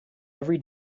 every